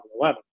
2011